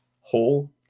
whole